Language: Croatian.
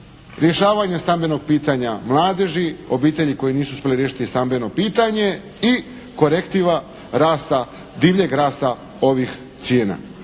rješavanja stambenog pitanja mladeži, obitelji koje nisu uspjele riješiti stambeno pitanje i korektiva rasta, divljeg rasta ovih cijena.